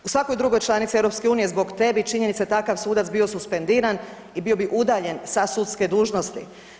U svakoj drugoj članici EU zbog te bi činjenice takav sudac bio suspendiran i bio bi udaljen sa sudske dužnosti.